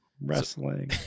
wrestling